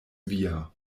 via